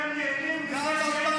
אתם נהנים מזה שאין אופוזיציה.